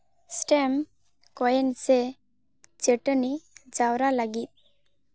stem ᱠᱚᱭᱮᱱ ᱥᱮ ᱪᱟᱹᱴᱟᱹᱱᱤ ᱡᱟᱣᱨᱟ ᱞᱟᱹᱜᱤᱫ